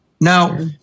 Now